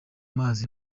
mazi